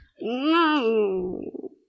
no